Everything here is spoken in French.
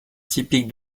typique